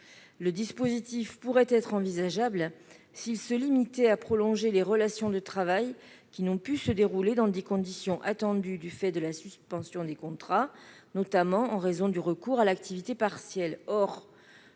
Le dispositif pourrait être envisageable s'il se limitait à prolonger les relations de travail qui n'ont pu se dérouler dans les conditions attendues du fait de la suspension des contrats, notamment en raison du recours à l'activité partielle.